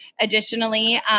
Additionally